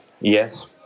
yes